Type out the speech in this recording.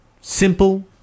Simple